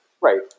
Right